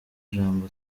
ijambo